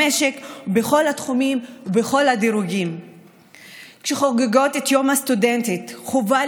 כל מי שרוצה את האפליקציה הזאת יוכל לקבל אותה.